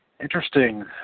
Interesting